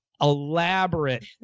elaborate